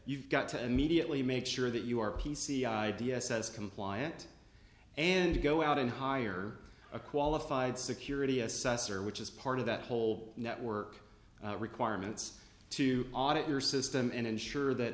you've got to immediately make sure that you are p c i d s s compliant and go out and hire a qualified security assessor which is part of that whole network requirements to audit your system and ensure that